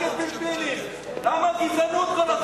למה הגזענות כל הזמן?